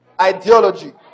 ideology